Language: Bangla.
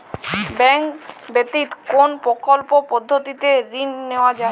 ব্যাঙ্ক ব্যতিত কোন বিকল্প পদ্ধতিতে ঋণ নেওয়া যায়?